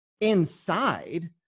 inside